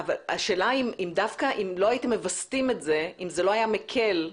אבל השאלה אם דווקא לא הייתם מווסתים את זה אם זה לא היה מקל?